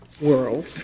world